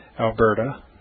Alberta